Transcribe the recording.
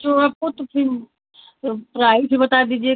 जो आपको तो फिर प्राइज भी बता दीजिए